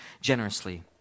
generously